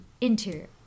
Interior